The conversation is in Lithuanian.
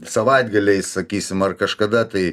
savaitgaliais sakysim ar kažkada tai